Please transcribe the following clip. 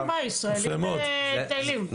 הישראלים מטיילים.